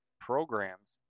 programs